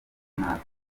nabi